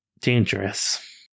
dangerous